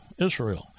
Israel